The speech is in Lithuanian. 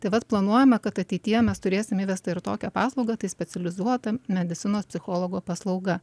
taip vat planuojame kad ateityje mes turėsim įvestą ir tokią paslaugą tai specializuota medicinos psichologo paslauga